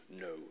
no